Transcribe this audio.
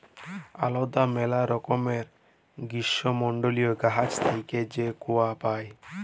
আলেদা ম্যালা রকমের গীষ্মমল্ডলীয় গাহাচ থ্যাইকে যে কূয়া পাই